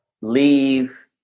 leave